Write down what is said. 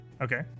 Okay